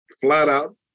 flat-out